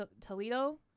toledo